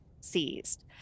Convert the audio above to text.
seized